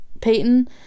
Peyton